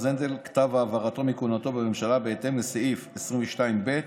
הנדל כתב העברתו מכהונתו בממשלה בהתאם לסעיפים 22(ב)